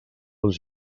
els